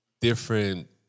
different